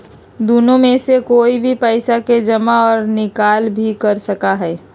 दुन्नो में से कोई भी पैसा के जमा और निकाल भी कर सका हई